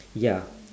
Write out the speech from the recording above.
ya